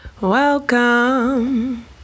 Welcome